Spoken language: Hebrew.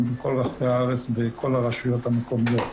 בכל רחבי הארץ ובכל הרשויות המקומיות,